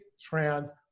trans